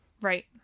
right